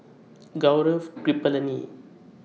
Gaurav Kripalani